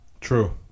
True